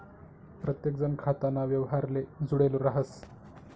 प्रत्येकजण खाताना व्यवहारले जुडेल राहस